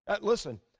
Listen